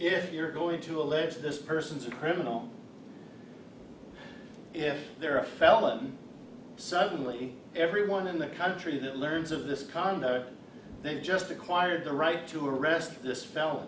if you're going to allege this person's a criminal if they're a felon suddenly everyone in the country that learns of this condo they've just acquired the right to arrest this f